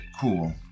cool